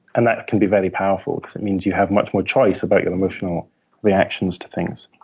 and that can be very powerful because it means you have much more choice about your emotional reactions to things.